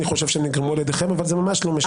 חושב שנגרמו על ידיכם אבל זה ממש לא משנה.